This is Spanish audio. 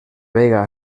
vega